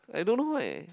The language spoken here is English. I don't know eh